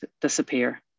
disappear